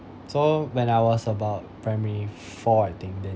so when I was about primary four I think